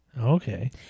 Okay